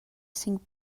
cinc